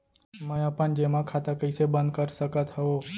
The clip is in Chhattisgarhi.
मै अपन जेमा खाता कइसे बन्द कर सकत हओं?